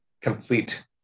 complete